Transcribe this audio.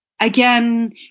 Again